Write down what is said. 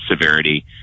severity